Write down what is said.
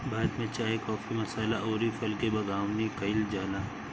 भारत में चाय, काफी, मसाला अउरी फल के बागवानी कईल जाला